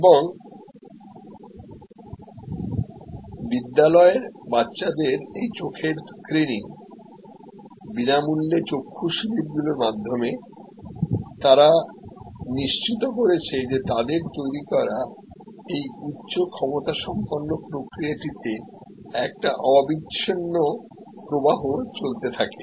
এবং বিদ্যালয়ের বাচ্চাদের এই চোখের স্ক্রিনিং বিনামূল্যে চক্ষু শিবিরগুলির মাধ্যমে তারা নিশ্চিত করেছে যে তাদের তৈরি করা এই উচ্চ ক্ষমতা সম্পন্ন প্রক্রিয়া তে একটি অবিচ্ছিন্ন প্রবাহ চলতে থাকে